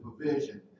provision